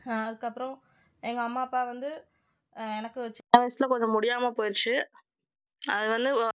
அதுக்கப்புறம் எங்கள் அம்மா அப்பா வந்து எனக்கு சின்ன வயசில் கொஞ்சம் முடியாமல் போயிடுச்சு அது வந்து